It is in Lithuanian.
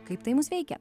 kaip tai mus veikia